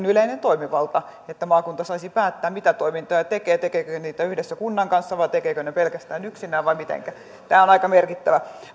yleinen toimivalta että maakunta saisi päättää mitä toimintoja tekee tekeekö niitä yhdessä kunnan kanssa tekeekö pelkästään yksinään vai mitenkä tämä on aika merkittävä